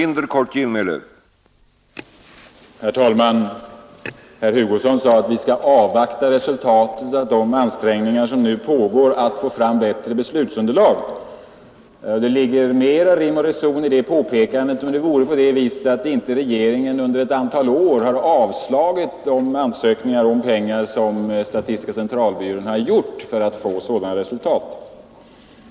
Herr talman! Herr Hugosson sade att vi skall avvakta resultatet av de ansträngningar som nu pågår att få fram bättre beslutsunderlag. Det skulle ligga mera rim och reson i det påpekandet om det vore på det viset att regeringen inte under ett antal år hade avslagit de ansökningar om pengar som statistiska centralbyrån har gjort för att få sådana resultat.